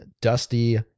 Dusty